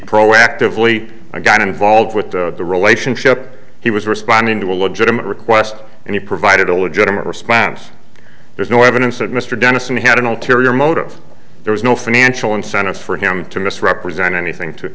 proactively got involved with the relationship he was responding to a legitimate request and he provided a legitimate response there's no evidence that mr dennison had an ulterior motive there was no financial incentive for him to misrepresent anything to